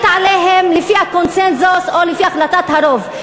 עליהם לפי הקונסנזוס או לפי החלטת הרוב,